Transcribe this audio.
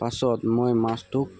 পাছত মই মাছটো